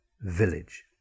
village